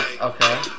Okay